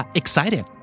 excited